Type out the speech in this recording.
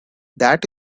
that